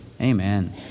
Amen